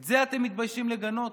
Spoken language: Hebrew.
את זה אתם מתביישים לגנות?